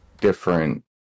different